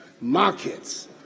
markets